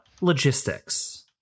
logistics